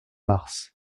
mars